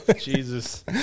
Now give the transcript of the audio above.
Jesus